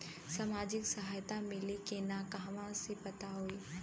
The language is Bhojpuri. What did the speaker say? सामाजिक सहायता मिली कि ना कहवा से पता होयी?